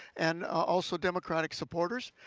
and also, democratic supporters.